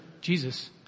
Jesus